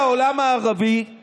שאתם רוצים, הציבור לא מסוגל לתפוס.